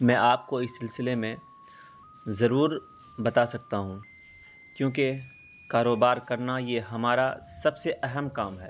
میں آپ کو اس سلسلے میں ضرور بتا سکتا ہوں کیونکہ کاروبار کرنا یہ ہمارا سب سے اہم کام ہے